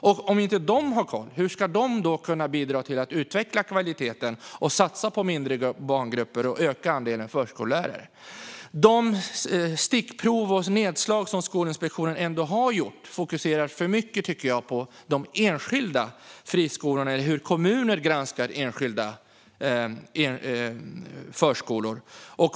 Hur ska de, om de inte har koll, kunna bidra till att utveckla kvaliteten och satsa på mindre barngrupper och öka andelen förskollärare? De stickprov och nedslag som Skolinspektionen ändå har gjort fokuserar för mycket, tycker jag, på enskilda förskolor eller på hur kommuner granskar enskilda förskolor.